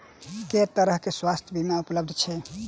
केँ तरहक स्वास्थ्य बीमा उपलब्ध छैक?